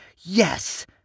Yes